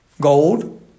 gold